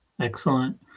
Excellent